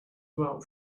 about